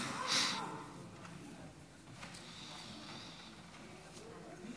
מי